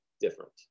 different